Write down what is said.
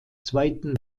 zweiten